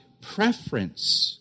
preference